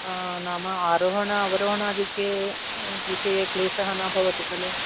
नाम आरोहण अवरोहण आदि विषये क्लेश न भवति खलु